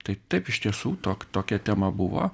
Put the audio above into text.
tai taip iš tiesų tok tokia tema buvo